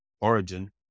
Origin